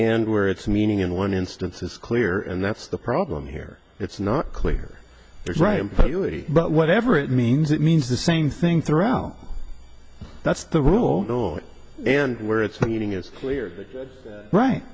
and where its meaning in one instance is clear and that's the problem here it's not clear there's right but whatever it means it means the same thing throughout that's the rule knowing and where it's leading is clear right